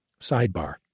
Sidebar